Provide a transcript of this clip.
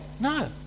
No